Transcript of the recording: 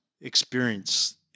experience